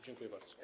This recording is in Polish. Dziękuję bardzo.